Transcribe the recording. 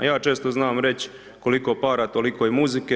Ja često znam reći, koliko para, toliko i muzike.